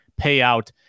payout